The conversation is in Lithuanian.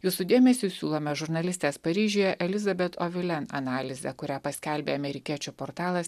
jūsų dėmesiui siūlome žurnalistės paryžiuje elizabet ovilen analizę kurią paskelbė amerikiečių portalas